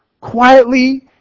quietly